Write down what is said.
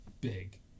big